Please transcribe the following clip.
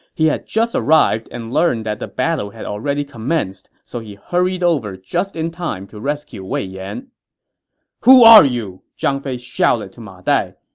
he had just arrived and learned that the battle had commenced, so he hurried over just in time to rescue wei yan who are you! zhang fei shouted to ma dai.